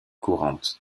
courante